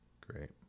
great